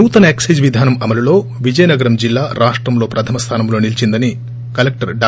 నూతన ఎక్సైజ్ విధానం అమలులో విజయనగరం జిల్లా రాష్టంలో ప్రథమ స్థానంలో నిలీచిందని కలెక్టర్ డా